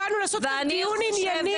באנו לעשות כאן דיון ענייני,